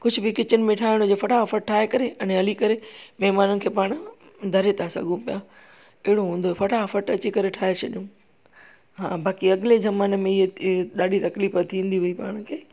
कुझु बि किचन में ठाहिणो हुजे फटाफटि ठाहे करे अने हली करे महिमाननि खे पाण धरे था सघुं पिया अहिड़ो हूंदो फटाफटि करे ठाहे छॾियूं हा बाक़ी अॻिले ज़माने में इहा ॾाढी तकलीफ़ु थींदी हुई पाण खे